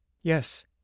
yes